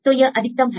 तो यह अधिकतम है